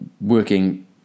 working